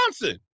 Johnson